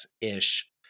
ish